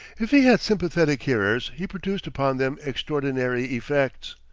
if he had sympathetic hearers, he produced upon them extraordinary effects.